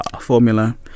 Formula